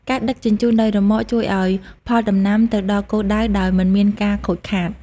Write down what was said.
ការដឹកជញ្ជូនដោយរ៉ឺម៉កជួយឱ្យផលដំណាំទៅដល់គោលដៅដោយមិនមានការខូចខាត។